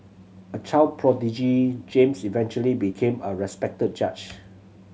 a child prodigy James eventually became a respected judge